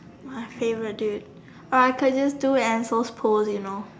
my favourite dude but I could just do and also post you know